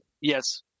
Yes